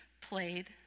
played